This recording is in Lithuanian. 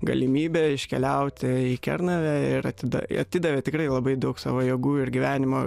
galimybę iškeliauti į kernavę ir atida atidavė tikrai labai daug savo jėgų ir gyvenimo